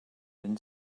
and